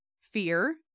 fear